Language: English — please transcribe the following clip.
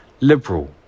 liberal